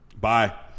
Bye